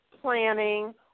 planning